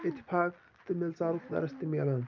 اِتفاق تہٕ مِلژارُک درٕس تہِ میلان